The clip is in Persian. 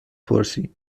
پرسی